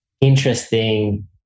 interesting